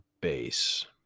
base